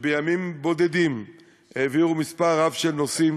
שבימים בודדים העבירו מספר רב של נושאים,